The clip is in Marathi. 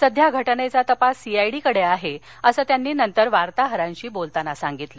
सध्या घटनेचा तपास सीआयडी कडे आहे असं त्यांनी नंतर वार्ताहरांशी बोलताना सांगितलं